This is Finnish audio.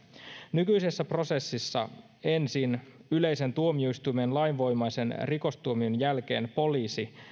nykyisessä prosessissa ensin yleisen tuomioistuimen lainvoimaisen rikostuomion jälkeen poliisi